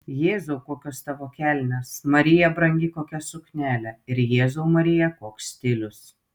jėzau kokios tavo kelnės marija brangi kokia suknelė ir jėzau marija koks stilius